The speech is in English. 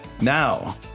Now